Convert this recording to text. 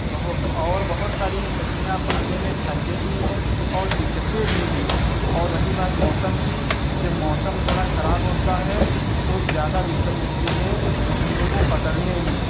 बहुत और बहुत सारी मछलियाँ पालने में फ़ायदे भी हैं और दिक्कतें भी हैं और रही बात मौसम की जब मौसम थोड़ा खराब होता है तो ज़्यादा दिक्कत होती है मछलियों को पकड़ने में